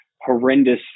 horrendous